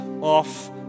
off